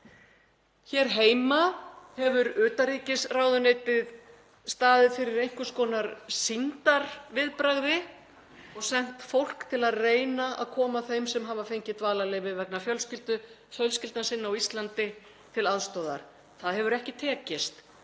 Hér heima hefur utanríkisráðuneytið staðið fyrir einhvers konar sýndarviðbragði og sent fólk til að reyna að koma þeim sem hafa fengið dvalarleyfi vegna fjölskyldna sinna á Íslandi til aðstoðar. Það hefur ekki tekist.